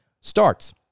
starts